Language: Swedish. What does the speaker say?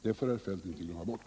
Detta bör herr Feldt inte glömma bort!